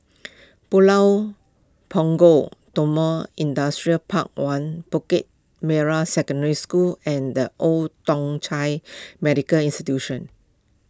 Pulau Punggol Timor Industrial Park one Bukit Merah Secondary School and Old Thong Chai Medical Institution